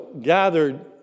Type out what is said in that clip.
gathered